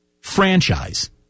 franchise